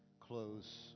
close